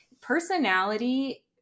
personality